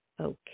Okay